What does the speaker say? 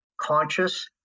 conscious